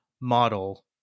model